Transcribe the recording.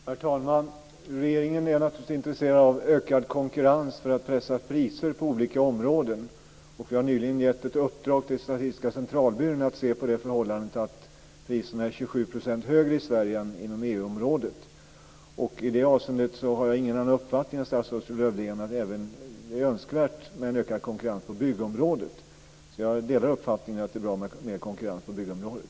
Herr talman! Regeringen är naturligtvis intresserad av ökad konkurrens för att pressa priser på olika områden, och vi har nyligen gett ett uppdrag till Statistiska centralbyrån att se på det förhållandet att priserna är 27 % högre i Sverige än inom EU området. I det avseendet har jag ingen annan uppfattning än statsrådet Lövdén, att det är önskvärt med en ökad konkurrens på byggområdet. Jag delar alltså uppfattningen att det är bra med mer konkurrens på byggområdet.